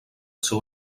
seu